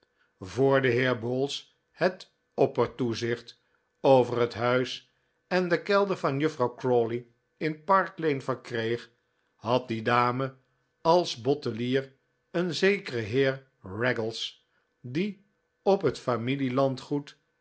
voor de heer bowls het oppertoezicht over het huis en den kelder van juffrouw crawley in park lane verkreeg had die dame als bottelier een zekeren heer raggles die op het